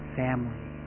family